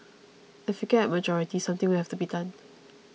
if we get a majority something will have to be done